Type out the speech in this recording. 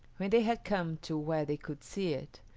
when they had come to where they could see it,